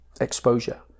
exposure